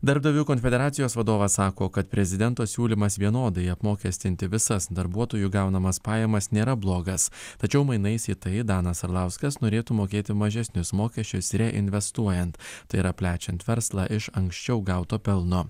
darbdavių konfederacijos vadovas sako kad prezidento siūlymas vienodai apmokestinti visas darbuotojų gaunamas pajamas nėra blogas tačiau mainais į tai danas arlauskas norėtų mokėti mažesnius mokesčius reinvestuojant tai yra plečiant verslą iš anksčiau gauto pelno